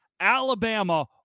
Alabama